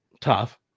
tough